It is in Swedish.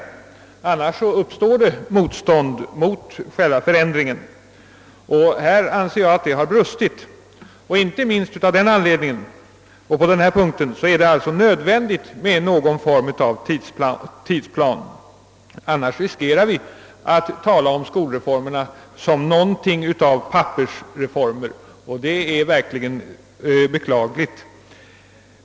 I annat fall uppstår det motstånd mot själva förändringen. Och där anser jag att det har brustit. Inte minst av den anledningen är det nödvändigt med någon form av tidsplan, annars riskerar vi att tala om skolreformerna som någonting av pappersreformer, vilket skulle vara högst beklagligt.